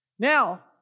Now